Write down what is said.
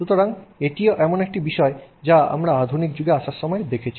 সুতরাং এটিও এমন একটি বিষয় যা আমরা আধুনিক যুগে আসার সময় দেখেছি